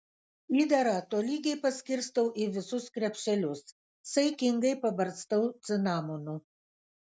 įdarą tolygiai paskirstau į visus krepšelius saikingai pabarstau cinamonu